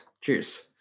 Cheers